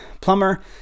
plumber